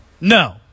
No